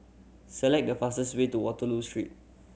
select the fastest way to Waterloo Street